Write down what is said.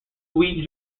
sweet